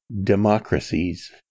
democracies